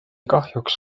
kahjuks